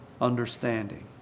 understanding